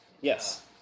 Yes